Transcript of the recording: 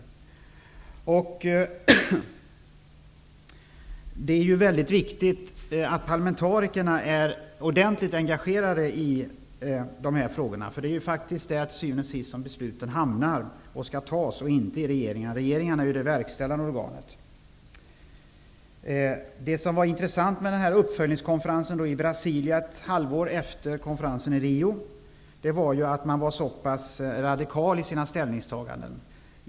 Det är väldigt viktigt att parlamentarikerna är ordentligt engagerade i sådana här frågor. Till syvende och sist är det ju de som skall fatta besluten. Regeringarna är i stället verkställande organ. Det intressanta med uppföljningskonferensen i Brasilia ett halvår efter konferensen i Rio är att ställningstagandena var så pass radikala som de var.